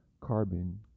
carbon